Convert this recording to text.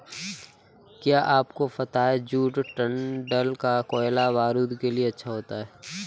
क्या आपको पता है जूट डंठल का कोयला बारूद के लिए अच्छा होता है